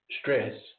stress